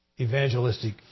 evangelistic